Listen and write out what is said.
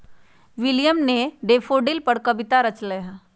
William ने daffodil पर कविता रच लय है